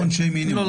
לא,